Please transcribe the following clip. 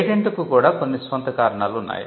పేటెంట్కు కూడా కొన్ని స్వంత కారణాలు ఉన్నాయి